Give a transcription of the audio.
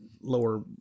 lower